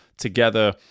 Together